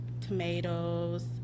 tomatoes